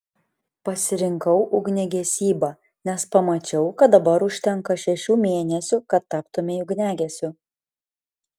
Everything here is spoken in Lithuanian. pasirinkau ugniagesybą nes pamačiau kad dabar užtenka šešių mėnesių kad taptumei ugniagesiu